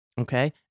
Okay